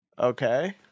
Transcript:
Okay